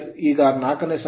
ಈಗ 4 ನೆ ಸಮೀಕರಣದಿಂದ